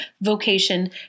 vocation